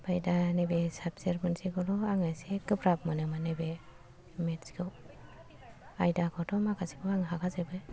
आमफ्राय दा नैबे साबजेक्ट मोनसेखौल' आङो जि गोब्राब मोनोमोन नैबे मेट्सखौ आयदाखौथ' माखासेखौ आं हाखाजोबो